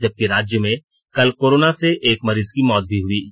जबकि राज्य में कल कोरोना से एक मरीज की मौत भी हुई है